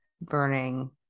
burning